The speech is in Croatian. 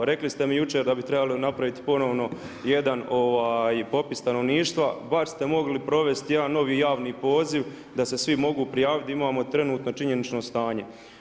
Rekli ste mi jučer da bi trebali napraviti ponovno jedan popis stanovništva, bar ste mogli provesti jedan novi javni poziv da se svi mogu prijaviti, imamo trenutno činjenično stanje.